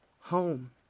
home